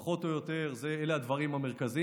אלה פחות או יותר הדברים המרכזיים.